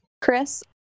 Chris